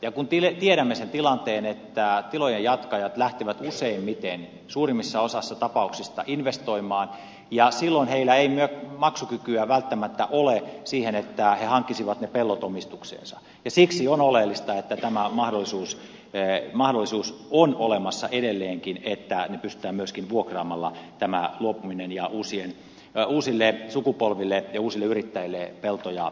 ja kun tiedämme sen tilanteen että tilojen jatkajat lähtevät useimmiten suurimmassa osassa tapauksista investoimaan ja silloin heillä ei maksukykyä välttämättä ole siihen että he hankkisivat ne pellot omistukseensa niin siksi on oleellista että tämä mahdollisuus on olemassa edelleenkin että tämä luopuminen pystytään myöskin vuokraamalla hoitamaan ja uusille sukupolville ja uusille yrittäjille peltoja siirtämään